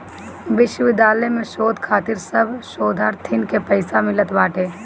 विश्वविद्यालय में शोध खातिर सब शोधार्थीन के पईसा मिलत बाटे